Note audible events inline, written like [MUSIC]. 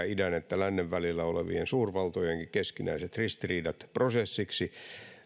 [UNINTELLIGIBLE] idän ja lännen välillä olevat suurvaltojenkin keskinäiset ristiriidat prosessiksi [UNINTELLIGIBLE] se